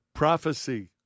Prophecy